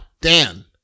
Dan